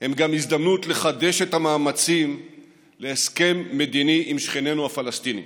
הם גם הזדמנות לחדש את המאמצים להסכם מדיני עם שכנינו הפלסטינים.